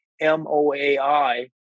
M-O-A-I